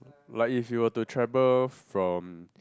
like if you were to travel from